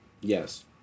Yes